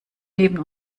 neben